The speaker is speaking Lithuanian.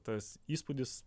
tas įspūdis